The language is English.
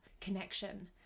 connection